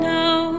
now